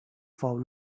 fou